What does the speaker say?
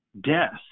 death